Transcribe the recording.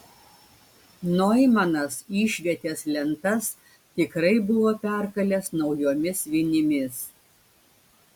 noimanas išvietės lentas tikrai buvo perkalęs naujomis vinimis